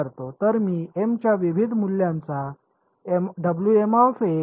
तर मी m च्या विविध मूल्यांचा पर्याय ठेवतो